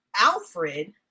Alfred